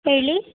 ಹೇಳಿ